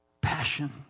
Passion